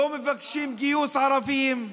לא מבקשים גיוס ערבים?